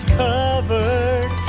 covered